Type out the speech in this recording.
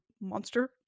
monster